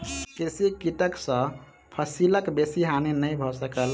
कृषि कीटक सॅ फसिलक बेसी हानि नै भ सकल